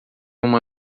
uma